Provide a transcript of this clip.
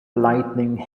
lightning